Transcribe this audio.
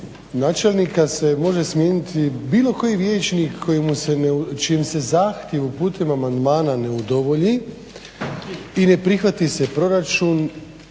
načelnika se može smijeniti bilo koji vijećnik kojemu se, čijem se zahtjevu putem amandmana ne udovolji, i ne prihvati se proračun,